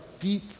deep